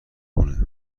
خونه